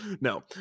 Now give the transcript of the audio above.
no